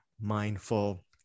mindful